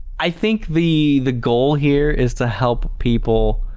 i think the the goal here is to help people